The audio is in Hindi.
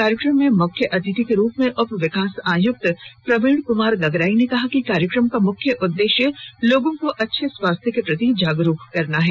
कार्यक्रम में मुख्य अतिथि के रुप में उप विकास आयुक्त प्रवीण कुमार गागराई ने कहा कि कार्यक्रम का मुख्य उद्देश्य लोगों को अच्छे स्वास्थ्य के प्रति जागरूक करना है